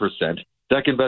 second-best